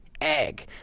Egg